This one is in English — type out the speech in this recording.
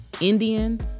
Indian